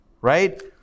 right